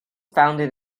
founded